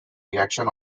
reaction